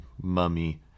mummy-